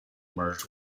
merged